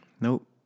nope